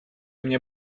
мне